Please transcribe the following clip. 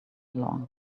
along